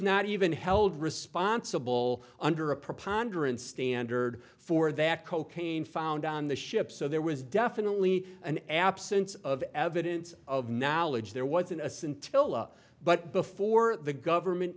not even held responsible under a preponderance standard for that cocaine found on the ship so there was definitely an absence of evidence of knowledge there wasn't a scintilla but before the government